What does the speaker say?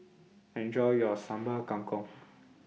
Enjoy your Sambal Kangkong